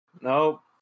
Nope